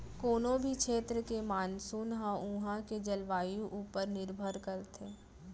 कोनों भी छेत्र के मानसून ह उहॉं के जलवायु ऊपर निरभर करथे